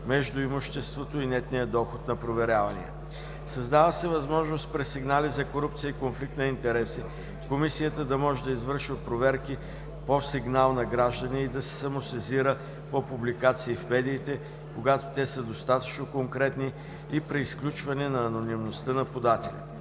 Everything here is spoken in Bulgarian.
между имуществото и нетния доход на проверявания. Създава се възможност при сигнали за корупция и конфликт на интереси, Комисията да може да извършва проверки по сигнал на граждани и да се самосезира по публикация в медиите, когато те са достатъчно конкретни и при изключване на анонимността на подателя.